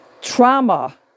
Trauma